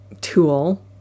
tool